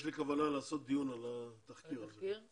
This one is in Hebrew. יש לי כוונה לקיים דיון על התחקיר הזה.